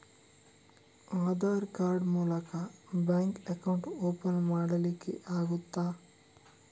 Aadhaar card ಮೂಲಕ bank account open ಮಾಡಲಿಕ್ಕೆ ಆಗುತಾ?